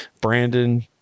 Brandon